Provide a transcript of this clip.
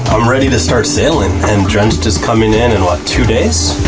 i'm ready to start sailing. and just coming in, in what? two days?